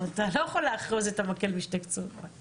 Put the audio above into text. אתה לא יכול לאחוז את המקל בשתי קצותיו.